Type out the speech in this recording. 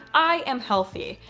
i am healthy,